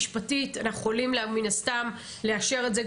משפטית אנחנו יכולים מן הסתם לאשר את זה,